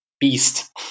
beast